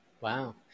Wow